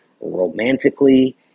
romantically